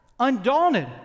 Undaunted